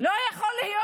לא יכול להיות,